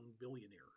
billionaire